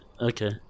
Okay